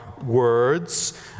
words